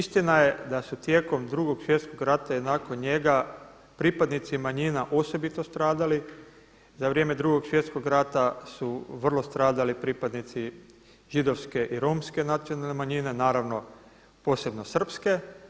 Istina je da su tijekom Drugog svjetskog rata i nakon njega pripadnici manjina osobito stradali, za vrijeme Drugog svjetskog rata su vrlo stradali pripadnici židovske i romske nacionalne manjine, naravno posebno srpske.